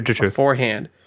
beforehand